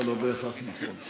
לא בהכרח נכון.